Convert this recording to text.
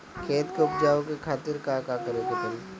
खेत के उपजाऊ के खातीर का का करेके परी?